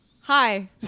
Hi